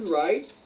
right